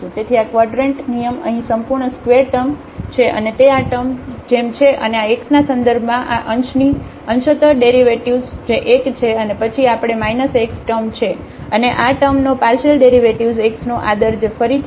તેથી આ ક્વાડરન્ટ નિયમ અહીં સંપૂર્ણ ² ટર્મ છે અને તે આ ટર્મ જેમ છે અને x ના સંદર્ભમાં આ અંશની અંશત derડેરિવેટિવ્ઝ જે 1 છે અને પછી આપણી પાસે x ટર્મ છે અને આ ટર્મનો પાર્શિયલડેરિવેટિવ્ઝ x નો આદર જે ફરીથી છે